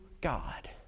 God